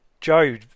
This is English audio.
Joe